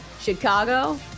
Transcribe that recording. chicago